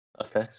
Okay